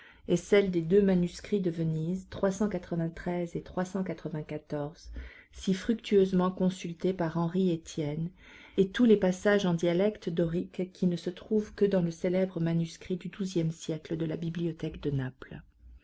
et celles des deux manuscrits de venise et si fructueusement consultés par henri estienne et tous les passages en dialecte dorique qui ne se trouvent que dans le célèbre manuscrit du douzième siècle de la bibliothèque de naples